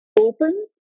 open